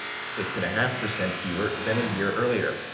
six and a half percent fewer than a year earlier.